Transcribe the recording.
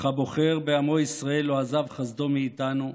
אך הבוחר בעמו ישראל לא עזב חסדו מאיתנו,